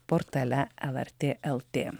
portale lrt lt